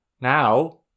now